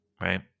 right